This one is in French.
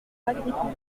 l’agriculture